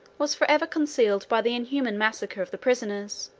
was forever concealed by the inhuman massacre of the prisoners,